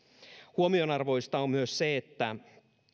huomionarvoista on myös se että